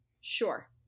Sure